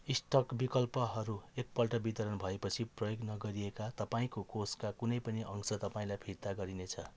stock विकल्पहरू एकपल्ट वितरण भएपछि प्रयोग नगरिएका तपाईँँको कोषका कुनै पनि अंश तपाईँँलाई फिर्ता गरिनेछ